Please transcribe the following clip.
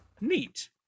Neat